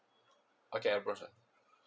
okay I prefer